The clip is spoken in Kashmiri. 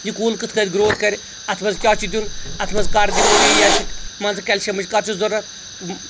یہِ کُل کِتھ کٲٹھۍ گروتھ کرِ اتھ منٛز کیاہ چھُ دِیُن اتھ منٛز کر دِمو یہِ آسیٚکھ مان ژٕ کیٚلشمٕچ کر چھِ ضرورت